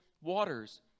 waters